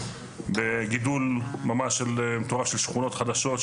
בגידול ממש שכונות חדשות,